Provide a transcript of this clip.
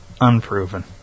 unproven